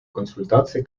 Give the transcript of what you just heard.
консультаций